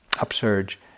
upsurge